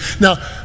Now